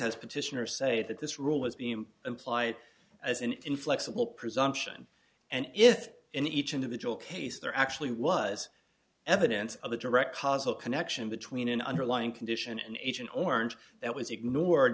has petitioner say that this rule was being implied as an inflexible presumption and if in each individual case there actually was evidence of a direct possible connection between an underlying condition and agent orange that was ignored